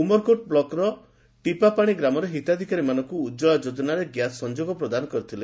ଉମରକୋଟ ବ୍ଲକର ଟିପାପାଶି ଗ୍ରାମରେ ହିତାଧିକାରୀ ମାନଙ୍କୁ ଉଜ୍ୱଳା ଯୋଜନାରେ ଗ୍ୟାସ୍ ସଂଯୋଗ ପ୍ରଦାନ କରିଥିଲେ